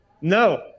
No